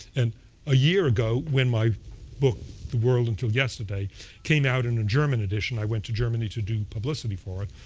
and a year ago, when my book the world until yesterday came out in a german edition, i went to germany to do publicity for it.